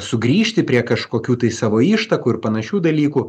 sugrįžti prie kažkokių tai savo ištakų ir panašių dalykų